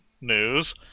news